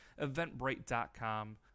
eventbrite.com